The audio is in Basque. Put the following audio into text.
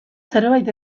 zerbait